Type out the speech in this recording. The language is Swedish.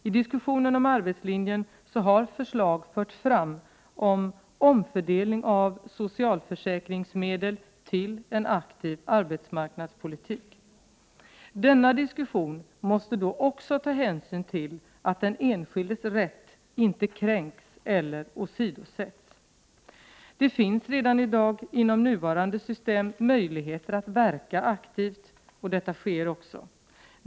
I diskussionerna om arbetslinjen har förslag förts fram om omfördelning av socialförsäkringsmedel till en aktiv arbetsmarknadspolitik. I denna diskussion måste man se till att den enskildes rätt inte kränks eller åsidosätts. Det finns redan i dag inom det nuvarande systemet möjligheter att verka aktivt, och detta sker också.